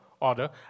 order